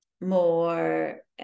more